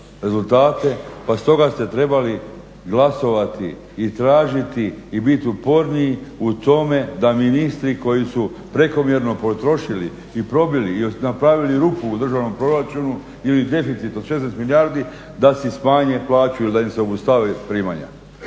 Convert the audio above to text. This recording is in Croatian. rezultate pa stoga ste trebali glasovati i tražiti i biti uporniji u tome da ministri koji su prekomjerno potrošili i probili i napravili rupu u državnom proračunu ili deficit od 16 milijardi da si smanje plaću ili da im se obustave primanja.